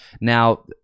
now